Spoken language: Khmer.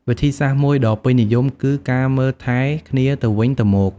វិធីសាស្រ្តមួយដ៏ពេញនិយម គឺ ការមើលថែគ្នាទៅវិញទៅមក។